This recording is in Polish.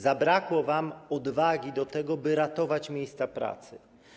Zabrakło wam odwagi do tego, by ratować miejsca pracy.